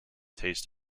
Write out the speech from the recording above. taste